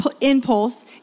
impulse